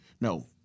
No